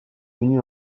devenu